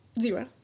Zero